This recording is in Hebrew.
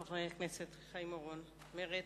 חבר הכנסת חיים אורון ממרצ.